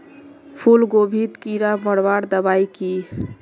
फूलगोभीत कीड़ा मारवार दबाई की?